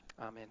Amen